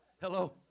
Hello